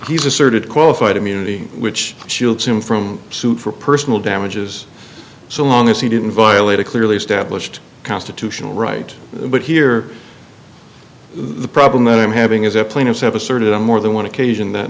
he's asserted qualified immunity which shields him from suit for personal damages so long as he didn't violate a clearly established constitutional right but here the problem that i'm having is the plaintiffs have a sort of a more than one occasion that